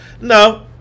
no